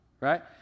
Right